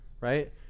right